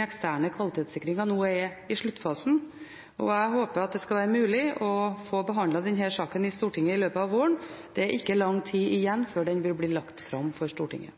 eksterne kvalitetssikringen nå er i sluttfasen, og jeg håper at det skal være mulig å få behandlet denne saken i Stortinget i løpet av våren. Det er ikke lang tid igjen før den vil bli lagt fram for Stortinget.